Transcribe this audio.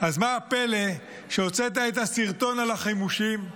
אז מה הפלא שהוצאת את הסרטון על החימושים.